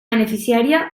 beneficiària